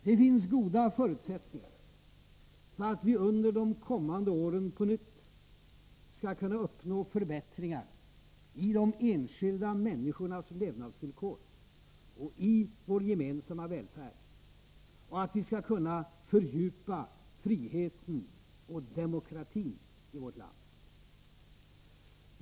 Det finns goda förutsättningar för att vi under de kommande åren på nytt skall kunna uppnå förbättringar i de enskilda människornas levnadsvillkor och i vår gemensamma välfärd och att vi skall kunna fördjupa friheten och demokratin i vårt land.